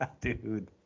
Dude